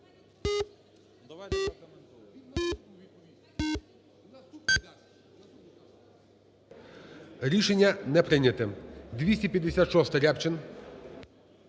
Рішення не прийняте. 256-а, Рябчин.